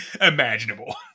imaginable